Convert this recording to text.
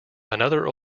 another